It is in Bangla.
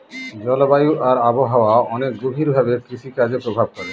জলবায়ু আর আবহাওয়া অনেক গভীর ভাবে কৃষিকাজে প্রভাব করে